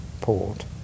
port